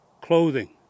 clothing